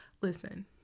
Listen